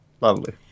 Lovely